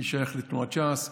אני שייך לתנועת ש"ס,